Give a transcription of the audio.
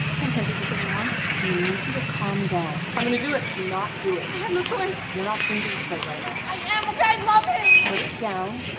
i can't do this anymore. i'm gonna need you to calm down. i'm gonna do it. do not do it. i have no choice. you're not thinking straight right now. i am, okay? i love him. put it down.